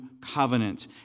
covenant